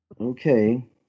Okay